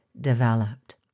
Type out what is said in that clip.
developed